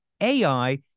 AI